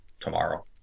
tomorrow